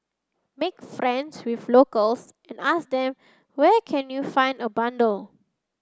make friends with locals and ask them where can you find a bundle